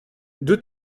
deux